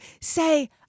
say